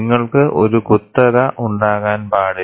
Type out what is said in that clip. നിങ്ങൾക്ക് ഒരു കുത്തക ഉണ്ടാകാൻ പാടില്ല